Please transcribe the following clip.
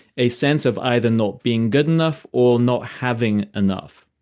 a sense of either not being good enough or not having enough.